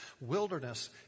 wilderness